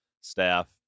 staff